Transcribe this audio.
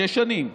שש שנים,